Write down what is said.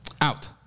out